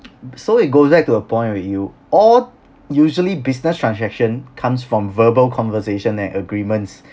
so it goes back to a point where you all usually business transaction comes from verbal conversation then agreements